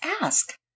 ask